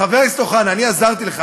חבר הכנסת אוחנה, אני עזרתי לך.